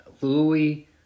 Louis